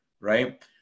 right